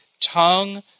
tongue